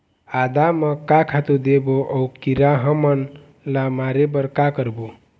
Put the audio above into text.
आदा म का खातू देबो अऊ कीरा हमन ला मारे बर का करबो?